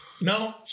No